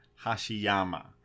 Hashiyama